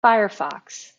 firefox